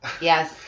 Yes